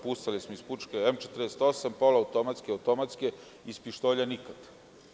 Pucali smo iz puške M-48, poluautomatske i automatske, iz pištolja nikada.